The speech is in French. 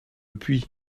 puits